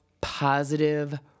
positive